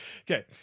okay